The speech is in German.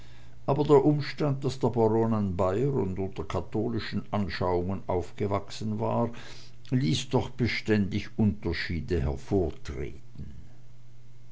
aber der umstand daß der baron ein bayer und unter katholischen anschauungen aufgewachsen war ließ doch beständig unterschiede hervortreten